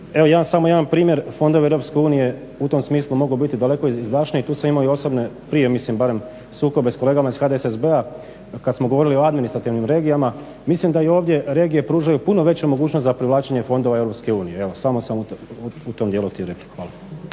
imam samo jedan primjer fondovi EU u tom smislu mogu biti daleko izdašnije, tu sam imao i osobne, prije mislim barem, sukobe s kolegama iz HDSSB-a kad smo govorili o administrativnim regijama, mislim da i ovdje regije pružaju puno veće mogućnosti za privlačenje fondova EU. Evo, samo sam u tom djelu htio repliku. Hvala.